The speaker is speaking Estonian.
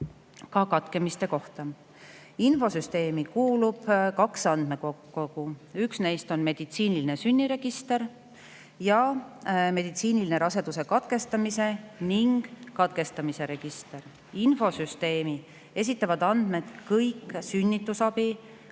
ja katkemiste kohta. Infosüsteemi kuulub kaks andmekogu. Üks neist on meditsiiniline sünniregister ja teine meditsiiniline raseduse katkemise ning katkestamise register. Infosüsteemi esitavad andmekaartide